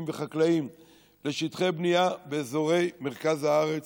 וחקלאיים לשטחי בנייה באזורי מרכז הארץ,